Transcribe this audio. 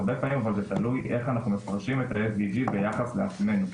הרבה פעמים אבל זה תלוי איך אנחנו מפרשים את ה-SDG ביחס לעצמנו.